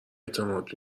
اعتماد